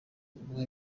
guha